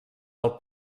del